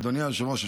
אדוני היושב-ראש.